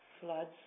floods